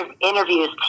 interviews